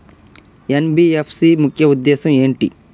NBFC ముఖ్య ఉద్దేశం ఏంటి?